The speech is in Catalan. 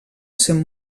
sent